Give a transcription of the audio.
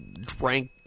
drank